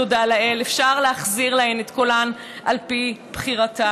תודה לאל, אפשר להחזיר להן את קולן על פי בחירתן.